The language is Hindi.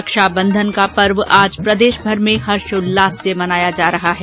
रक्षाबंधन का पर्व आज प्रदेशभर में हर्षोल्लास से मनाया जा रहा है